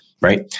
right